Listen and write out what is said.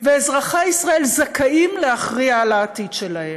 ואזרחי ישראל זכאים להכריע על העתיד שלהם.